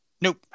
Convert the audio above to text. Nope